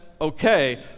okay